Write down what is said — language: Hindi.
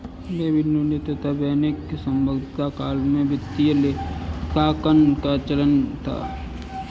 बेबीलोनियन तथा वैदिक सभ्यता काल में वित्तीय लेखांकन का चलन था